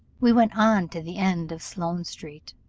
we went on to the end of sloane-street,